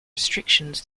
restrictions